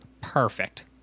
Perfect